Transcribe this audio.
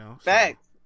Facts